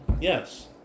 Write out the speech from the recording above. Yes